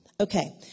Okay